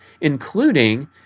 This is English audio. including